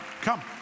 Come